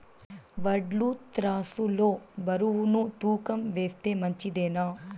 వడ్లు త్రాసు లో బరువును తూకం వేస్తే మంచిదేనా?